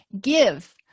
Give